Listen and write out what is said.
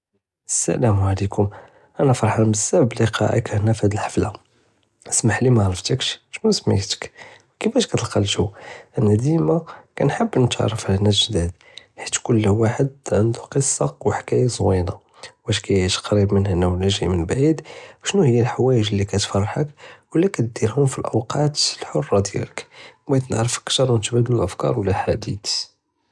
שלום עליכם, אנא פרחאן בזאף בליקאך הנה פهاد הצפל'ה, אסמחלי מיערפתכש, שנוסמיטכ, כיפאש כתלקא אלג'ו, אנא דימה כנחב נתערף עלא נאס ג'דאד חייש כל וואחד ענדו قصא ו חקאיה זוינה. ואשקי קריב מן הנה אידג'י מן בעיד שנא הוא לחוויאג לי כתפרחכ, ולא כדירהם פי אלאוקאת אלחרה דיאלכ, בראת נידע כתרו נתאבדלו אפכאר ו אלחאדית.